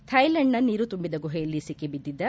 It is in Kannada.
ಥಾಯ್ಲೆಂಡ್ನ ನೀರು ತುಂಬಿದ ಗುಹೆಯಲ್ಲಿ ಸಿಕ್ಕಿ ಬಿದ್ದಿದ್ದ